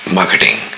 marketing